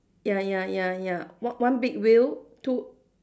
ya ya ya ya on~ one big wheel two